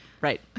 Right